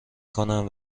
کنند